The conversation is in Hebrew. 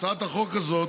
הצעת החוק הזאת,